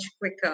quicker